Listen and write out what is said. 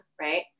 right